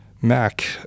mac